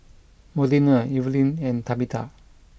Modena Evelyne and Tabetha